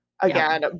again